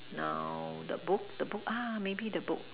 now the book the book ah maybe the book